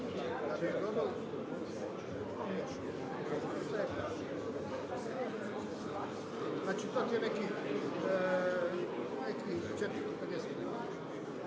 Hvala vama.